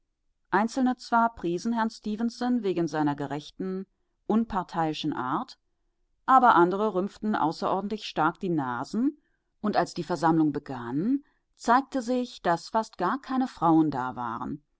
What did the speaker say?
einzelne zwar priesen herrn stefenson wegen seiner gerechten unparteiischen art aber andere rümpften außerordentlich stark die nasen und als die versammlung begann zeigte es sich daß fast gar keine frauen da waren